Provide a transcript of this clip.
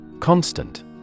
Constant